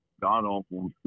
god-awful